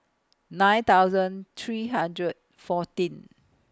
nine thousand three hundred fourteen